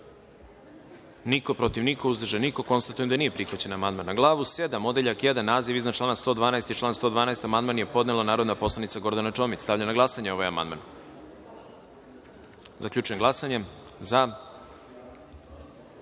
niko, protiv – niko, uzdržanih – nema. Konstatujem da nije prihvaćen amandman. Na Glavu VII, Odeljak I, naziv iznad člana 112. i član 112. amandman je podnela narodna poslanica Gordana Čomić. Stavljam na glasanje ovaj amandman. Zaključujem glasanje i